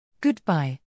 Goodbye